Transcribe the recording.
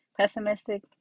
pessimistic